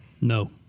No